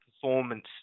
performance